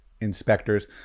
inspectors